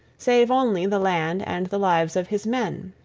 save only the land and the lives of his men.